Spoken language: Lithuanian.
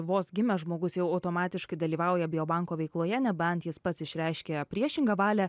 vos gimęs žmogus jau automatiškai dalyvauja bio banko veikloje nebent jis pats išreiškia priešingą valią